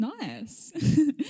Nice